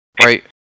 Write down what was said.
right